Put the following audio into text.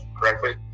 correctly